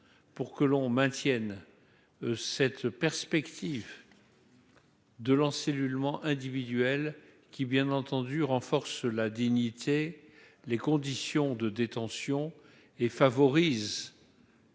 pour que l'on maintienne cette perspective de l'encellulement individuel, qui renforce bien entendu la dignité les conditions de détention et favorise